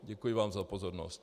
Děkuji vám za pozornost.